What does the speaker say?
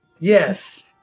Yes